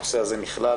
הנושא הזה נכלל,